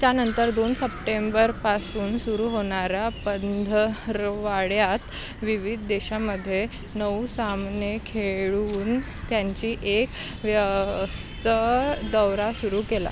त्यानंतर दोन सप्टेंबरपासून सुरू होणार्या पंधरवड्यात विविध देशामध्ये नऊ सामने खेळून त्यांनी एक व्यस्त दौरा सुरू केला